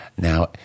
now